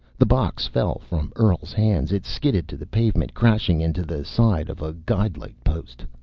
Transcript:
the box fell from earl's hands. it skidded to the pavement, crashing into the side of a guide-light post.